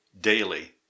daily